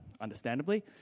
understandably